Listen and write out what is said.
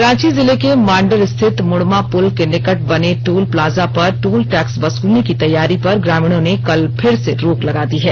रांची जिले के मांडर स्थित मुड़मा पुल के निकट बने टोल प्लाजा पर टोल टैक्स वसुलने की तैयारी पर ग्रामीणों ने कल फिर से रोक लगा दी है